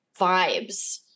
vibes